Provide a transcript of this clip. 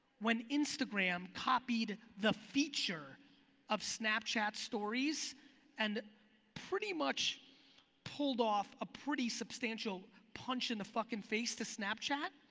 when instagram copied the feature of snapchat stories and pretty much pulled off a pretty substantial punch in the fucking face to snapchat,